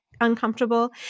uncomfortable